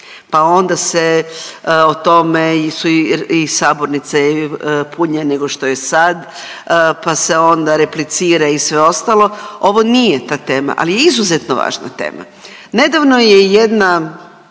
Pa onda se o tome, i sabornice punije nego što je sad, pa se onda replicira i sve ostalo. Ovo nije ta tema. Ali je izuzetno važna tema. Nedavno je jedna